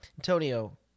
Antonio